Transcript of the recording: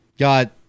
Got